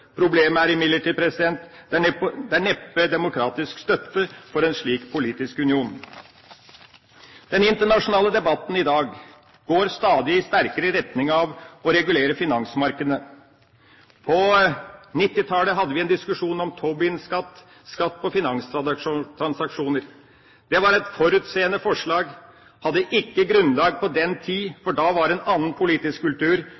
Problemet er imidlertid at det neppe er demokratisk støtte for en slik politisk union. Den internasjonale debatten i dag går stadig sterkere i retning av å regulere finansmarkedene. På 1990-tallet hadde vi en diskusjon om Tobin-skatt, skatt på finanstransaksjoner. Det var et forutseende forslag, men det var ikke grunnlag for det på den tid, for da var det en annen politisk kultur.